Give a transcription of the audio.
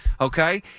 okay